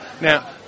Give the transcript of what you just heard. Now